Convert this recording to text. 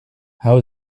how